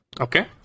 Okay